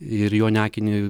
ir jo neakini